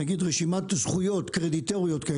רשימת זכויות קרדיטוריות: